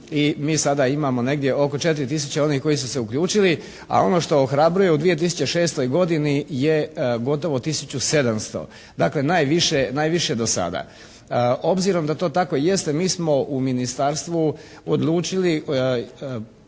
i mi sada imamo negdje oko 4000 onih koji su se uključili, a ono što ohrabruje u 2006. godini je gotovo 1700. Dakle najviše, najviše do sada. Obzirom da to tako jeste mi smo u Ministarstvu odlučili